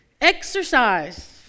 exercise